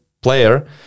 player